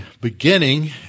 beginning